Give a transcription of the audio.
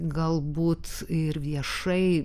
galbūt ir viešai